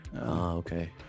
Okay